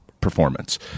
performance